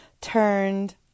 turned